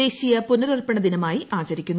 ദേശീയ പുനരർപ്പണ ദിന്മായി ആചരിക്കുന്നു